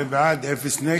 אכן, 16 בעד, אפס מתנגדים.